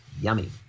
yummy